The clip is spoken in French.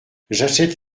j’achète